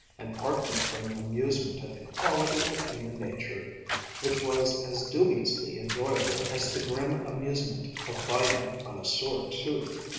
and partly from an amusement at the quality of human nature which was as dubiously enjoyable as the grim amusement of biting on a sore tooth.